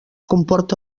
comporta